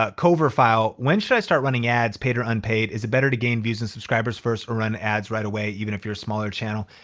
ah kova phao, when should i start running ads paid or unpaid? is it better to gain views and subscribers first or run ads right away even if you're a smaller channel?